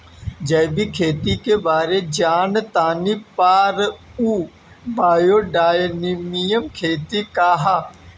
जैविक खेती के बारे जान तानी पर उ बायोडायनमिक खेती का ह?